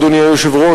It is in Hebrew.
אדוני היושב-ראש,